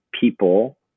people